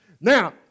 Now